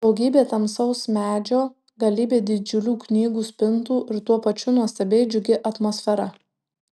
daugybė tamsaus medžio galybė didžiulių knygų spintų ir tuo pačiu nuostabiai džiugi atmosfera